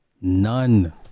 None